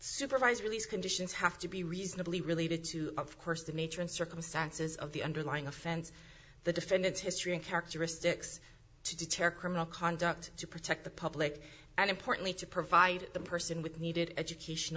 supervised release conditions have to be reasonably related to of course the major and circumstances of the underlying offense the defendant's history and characteristics to deter criminal conduct to protect the public and importantly to provide the person with needed education